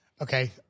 Okay